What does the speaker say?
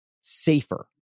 safer